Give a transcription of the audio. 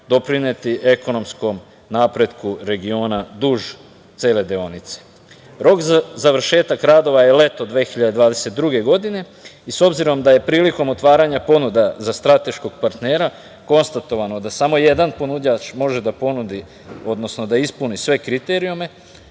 doprineti ekonomskom napretku regiona duž cele deonice. Rok za završetak radova je leto 2022. godine i s obzirom da je prilikom otvaranja ponuda za strateškog partnera konstatovano da samo jedan ponuđač može da ponudi, odnosno da ispuni sve kriterijume